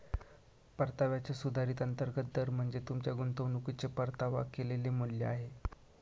परताव्याचा सुधारित अंतर्गत दर म्हणजे तुमच्या गुंतवणुकीचे परतावा केलेले मूल्य आहे